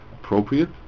appropriate